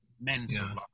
mental